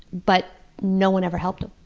but no one ever helped them.